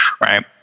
right